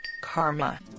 karma